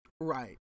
Right